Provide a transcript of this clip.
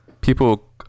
people